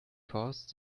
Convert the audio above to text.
costs